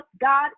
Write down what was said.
God